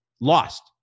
lost